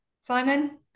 simon